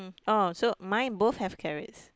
oh so mine both have carrots